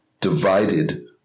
divided